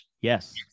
Yes